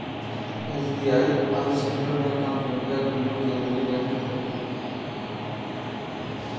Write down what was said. SBI अउर central bank of India दुन्नो केन्द्रिय बैंक हउअन